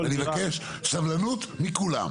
אני מבקש סבלנות מכולם.